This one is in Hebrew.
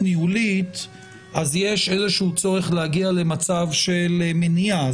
ניהולית אז יש איזשהו צורך להגיע למצב של מניעה.